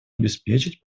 обеспечить